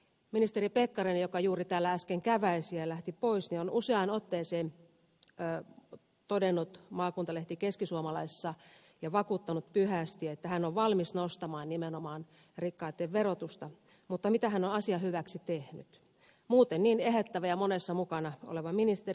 ministeri pekkarinen joka juuri täällä äsken käväisi ja lähti pois on useaan otteeseen todennut maakuntalehti keskisuomalaisessa ja vakuuttanut pyhästi että hän on valmis nostamaan nimenomaan rikkaiden verotusta mutta mitä hän on asian hyväksi tehnyt muuten niin ehättävä ja monessa mukana oleva ministeri